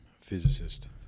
physicist